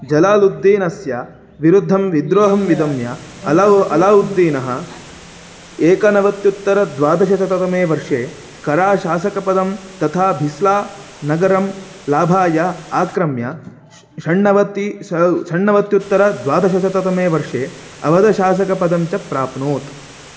जलालुद्दीनस्य विरुद्धं विद्रोहं विदम्य अलौ अलाउद्दीनः एकनवत्युत्तरद्वादशशततमे वर्षे कलाशासकपदं तथा भिस्ला नगरं लाभाय आक्रम्य षण्णवतिः षट् षण्णवत्युत्तरद्वादशशततमे वर्षे अवदशासकपदं च प्राप्नोत्